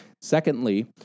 Secondly